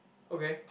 okay